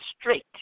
straight